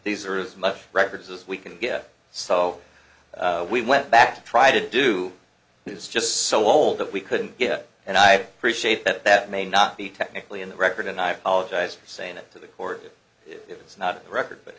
these are as much records as we can get so we went back to try to do is just so old that we couldn't get it and i appreciate that that may not be technically in the record and i apologize for saying it to the court if it's not in the record but